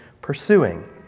pursuing